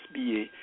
SBA